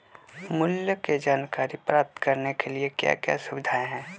मूल्य के जानकारी प्राप्त करने के लिए क्या क्या सुविधाएं है?